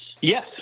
Yes